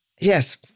Yes